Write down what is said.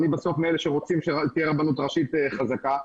אני בסוף מאלה שרוצים רק שתהיה רבנות ראשית חזקה.